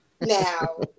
Now